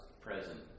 present